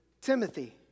Timothy